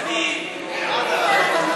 גני אירועים